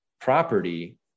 property